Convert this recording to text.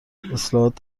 اصلاحات